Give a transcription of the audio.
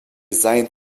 seien